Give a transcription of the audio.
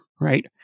right